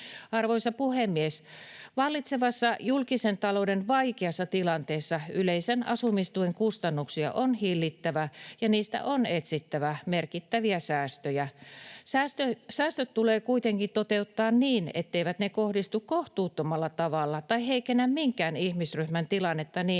Arvoisa puhemies! Vallitsevassa julkisen talouden vaikeassa tilanteessa yleisen asumistuen kustannuksia on hillittävä ja niistä on etsittävä merkittäviä säästöjä. Säästöt tulee kuitenkin toteuttaa niin, etteivät ne kohdistu kohtuuttomalla tavalla tai heikennä minkään ihmisryhmän tilannetta niin,